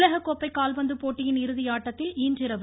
உலகக்கோப்பை கால்பந்து போட்டியின் இறுதியாட்டத்தில் இன்றிரவு